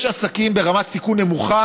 יש עסקים ברמת סיכון נמוכה,